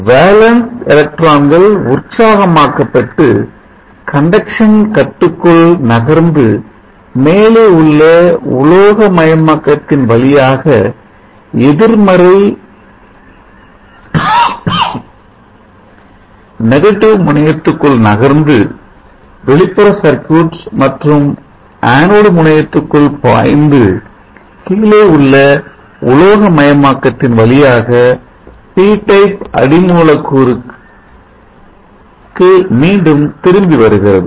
valence Valence எலக்ட்ரான்கள் உற்சாகம் ஆக்கப்பட்டு கண்டக்ஷன் Conduction கட்டுக்குள் நகர்ந்து மேலே உள்ள உலோகமயமாக்கத்தின் வழியாக எதிர்மறை நெகட்டிவ் முனையத்திற்குள் நகர்ந்து வெளிப்புற சர்க்யூட் மற்றும் ஆணோடு Anode முனையத்திற்குள் பாய்ந்து கீழே உள்ள உலோகமயமாக்கத்தின் வழியாக பி P டைப் அடி மூலக்கூறுக்கு மீண்டும் திரும்பி வருகிறது